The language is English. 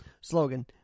slogan